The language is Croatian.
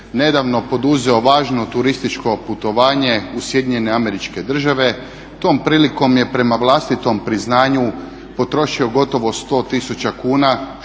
nedavno poduzeo važno turističko putovanje u Sjedinjene Američke Države. Tom prilikom je prema vlastitom priznanju potrošio gotovo 100 tisuća